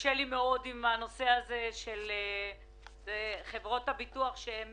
קשה לי מאוד עם הנושא של חברות הביטוח שהן